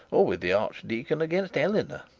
or with the archdeacon against eleanor.